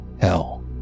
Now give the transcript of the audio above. Hell